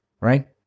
right